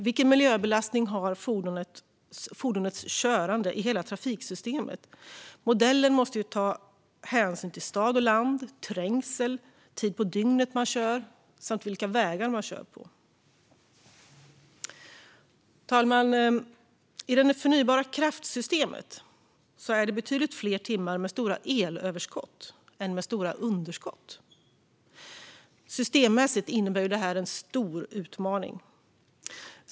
Vilken miljöbelastning har fordonets körande i hela trafiksystemet? Modellen måste ta hänsyn till stad och land, trängsel, vilken tid på dygnet man kör samt vilka vägar man kör på. Fru talman! I det förnybara kraftsystemet är det betydligt fler timmar med stora elöverskott än med stora underskott. Systemmässigt innebär det en stor utmaning.